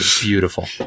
Beautiful